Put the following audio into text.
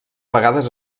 vegades